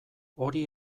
hori